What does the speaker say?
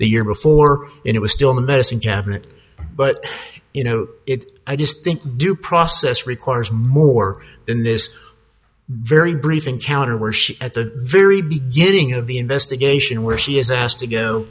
the year before and it was still the medicine cabinet but you know i just think due process requires more than this very brief encounter where she's at the very beginning of the investigation where she is asked to go